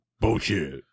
Bullshit